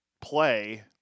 play